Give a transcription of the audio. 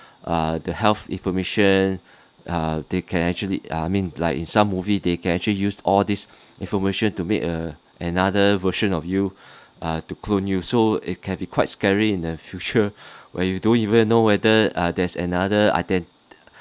err the health information err they can actually I mean like in some movie they can actually use all this information to make uh another version of you uh to clone you so it can be quite scary in the future when you don't even know whether uh there's another iden~